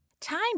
Time